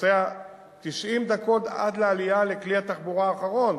נוסע 90 דקות עד לעלייה לכלי התחבורה האחרון,